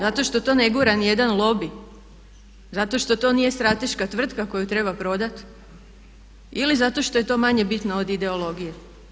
Zato što to ne gura ni jedan lobi, zato što to nije strateška tvrtka koju treba prodati ili zato što je to manje bitno od ideologije?